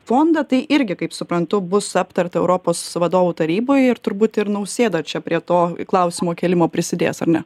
fondą tai irgi kaip suprantu bus aptarta europos vadovų taryboj ir turbūt ir nausėda čia prie to klausimo kėlimo prisidės ar ne